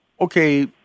Okay